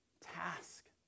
task